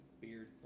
beard